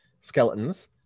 skeletons